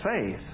faith